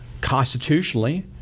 constitutionally